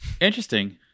Interesting